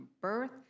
birth